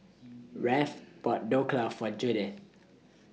Rafe bought Dhokla For Judith